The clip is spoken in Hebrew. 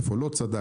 איפה לא צדקנו,